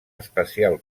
especial